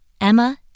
Emma